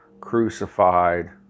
crucified